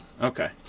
Okay